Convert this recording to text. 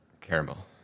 Caramel